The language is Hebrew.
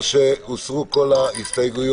שלום.